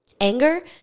Anger